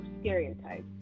stereotypes